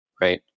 right